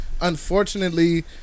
Unfortunately